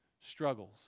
struggles